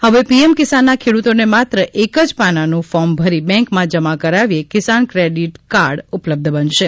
હવે પીએમ કિસાનના ખેડૂતોને માત્ર એક જ પાનાનું ફોર્મ ભરી બેંકમાં જમા કરાવ્યે કિસાન ક્રેડિટ કાર્ડ ઉપલબ્ધ બનશે